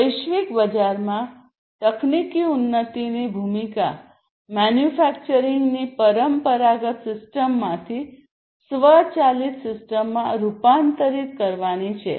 વૈશ્વિક બજારમાં તકનીકી ઉન્નતિની ભૂમિકા મેન્યુફેક્ચરિંગની પરંપરાગત સિસ્ટમમાંથી સ્વચાલિત સિસ્ટમમાં રૂપાંતરિત કરવાની છે